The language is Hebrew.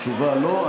התשובה: לא.